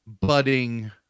budding